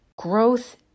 Growth